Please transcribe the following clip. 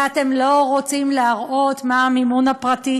ואתם לא רוצים להראות מהו המימון הפרטי